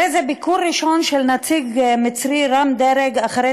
הרי זה ביקור ראשון של נציג מצרי רם-דרג אחרי